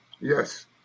Yes